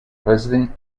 president